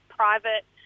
private